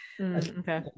okay